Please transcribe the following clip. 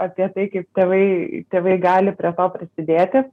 apie tai kaip tėvai tėvai gali prie to prisidėti